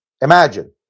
Imagine